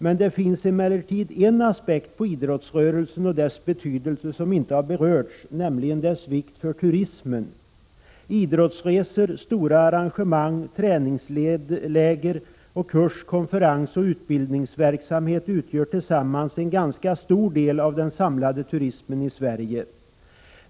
Det finns emellertid en aspekt på idrottsrörelsen och dess betydelse som inte berörts, nämligen dess vikt för turismen. Idrottsresor, stora arrangemang, träningsläger samt kurs-, konferensoch utbildningsverksamhet utgör tillsammans en ganska stor del av den samlade turismen i Sverige.